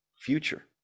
future